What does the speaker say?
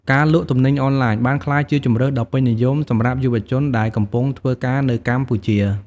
ការលក់ទំនិញអនឡាញបានក្លាយជាជម្រើសដ៏ពេញនិយមសម្រាប់យុវជនដែលកំពុងធ្វើការនៅកម្ពុជា។